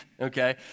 okay